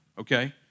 okay